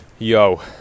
Yo